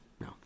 No